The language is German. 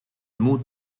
mut